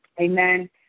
Amen